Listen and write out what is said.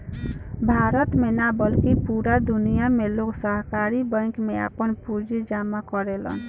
भारत में ना बल्कि पूरा दुनिया में लोग सहकारी बैंक में आपन पूंजी जामा करेलन